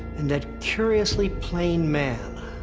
and that curiously plain man.